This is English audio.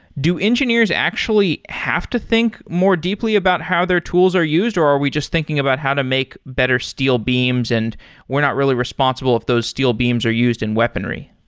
do engineers actually have to think more deeply about how their tools are used or are we just thinking about how to make better steel beams and we're not really responsible of those steel beams are used in weaponry?